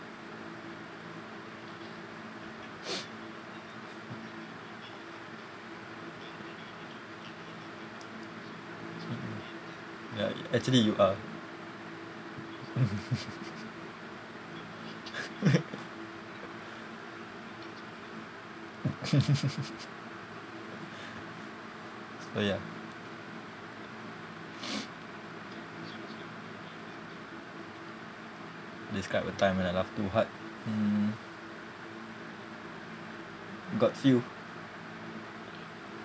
mm mm ya actually you are oh ya describe a time when I laugh too hard mm got few